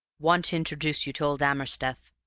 want to introduce you to old amersteth,